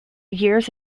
years